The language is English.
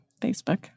Facebook